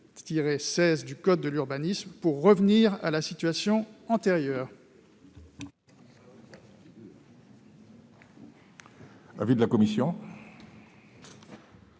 132-16 du code de l'urbanisme pour revenir à la situation antérieure.